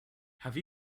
have